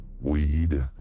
weed